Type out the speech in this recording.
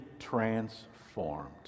transformed